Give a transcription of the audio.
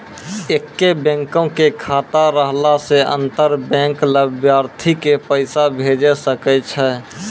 एक्के बैंको के खाता रहला से अंतर बैंक लाभार्थी के पैसा भेजै सकै छै